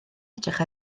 edrych